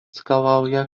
skalauja